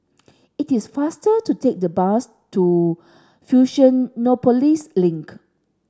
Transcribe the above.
it is faster to take the bus to Fusionopolis Link